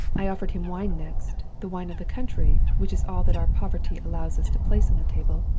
i offered him wine next, the wine of the country, which is all that our poverty allows us to place on the table.